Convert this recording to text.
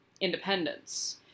independence